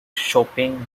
shopping